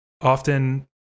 often